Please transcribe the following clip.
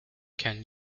can